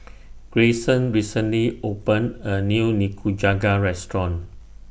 Greyson recently opened A New Nikujaga Restaurant